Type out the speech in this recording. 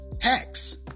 Hacks